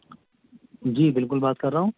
جی بالکل بات کر رہا ہوں